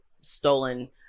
stolen